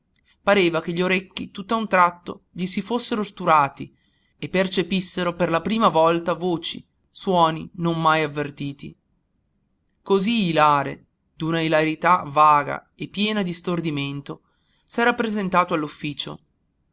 pareva che gli orecchi tutt'a un tratto gli si fossero sturati e percepissero per la prima volta voci suoni non avvertiti mai così ilare d'una ilarità vaga e piena di stordimento s'era presentato